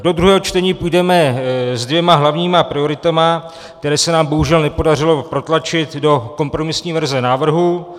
Do druhého čtení půjdeme s dvěma hlavními prioritami, které se nám bohužel nepodařilo protlačit do kompromisní verze návrhu.